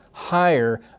higher